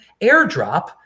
airdrop